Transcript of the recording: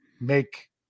make